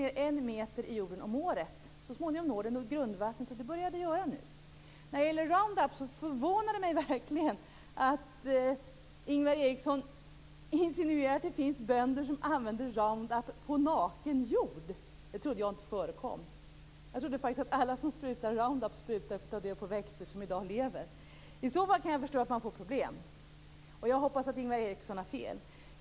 Det tar sig ned en meter i jorden per år. Så småningom når det grundvattnet, och det börjar det att göra nu. När det gäller Roundup förvånar det mig verkligen att Ingvar Eriksson insinuerar att det finns bönder som använder Roundup på naken jord. Jag trodde inte att det förekom. Jag trodde faktiskt att alla som sprutar Roundup gör det för att ta död på växter som i dag lever. Om det är så kan jag förstå att man får problem, men jag hoppas att Ingvar Eriksson har fel.